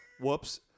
Whoops